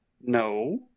No